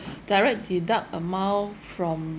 direct deduct amount from